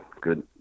Good